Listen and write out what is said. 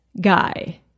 guy